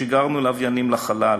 שיגרנו לוויינים לחלל,